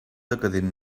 decadent